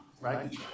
Right